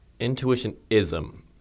Intuitionism